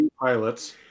pilots